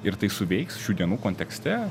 ir tai suveiks šių dienų kontekste